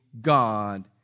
God